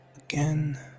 again